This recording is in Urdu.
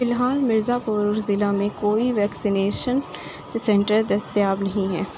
فی الحال مرزا پور ضلع میں کوئی ویکسینیشن سنٹر دستیاب نہیں ہے